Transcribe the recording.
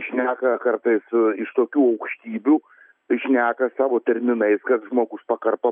šneką kartais iš tokių aukštybių šneka savo terminais kad žmogus pakarpo